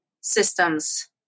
systems